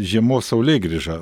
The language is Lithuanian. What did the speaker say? žiemos saulėgrįžą